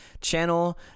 channel